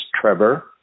Trevor